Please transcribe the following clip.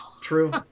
True